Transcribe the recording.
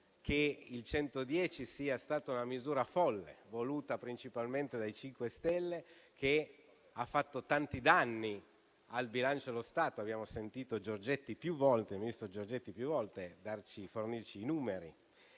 cento sia stato una misura folle, voluta principalmente dai 5 Stelle, che ha fatto tanti danni al bilancio dello Stato - abbiamo sentito il ministro Giorgetti più volte fornirci i numeri